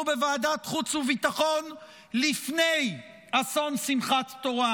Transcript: בוועדת חוץ וביטחון לפני אסון שמחת תורה,